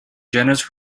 generous